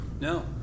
No